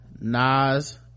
nas